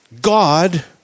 God